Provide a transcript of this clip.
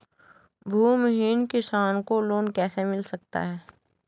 भूमिहीन किसान को लोन कैसे मिल सकता है?